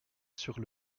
sur